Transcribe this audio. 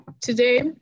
Today